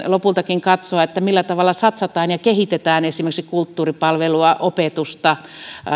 lopultakin katsoa millä tavalla satsataan ja kehitetään esimerkiksi kulttuuripalvelua opetusta